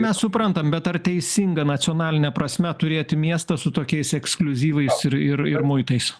mes suprantam bet ar teisinga nacionaline prasme turėti miestą su tokiais ekskliuzyviniais ir ir muitais